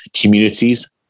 communities